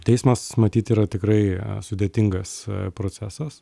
teismas matyt yra tikrai sudėtingas procesas